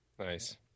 Nice